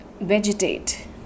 vegetate